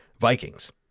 Vikings